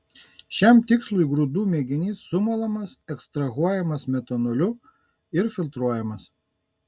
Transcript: šiam tikslui grūdų mėginys sumalamas ekstrahuojamas metanoliu ir filtruojamas